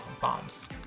Bombs